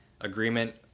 agreement